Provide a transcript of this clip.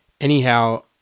Anyhow